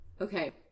Okay